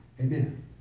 Amen